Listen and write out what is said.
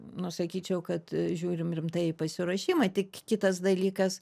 nu sakyčiau kad žiūrim rimtai į pasiruošimą tik kitas dalykas